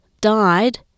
died